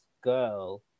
girl